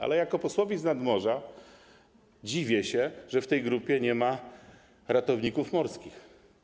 Ale jako poseł znad morza dziwię się, że w tej grupie nie ma ratowników morskich.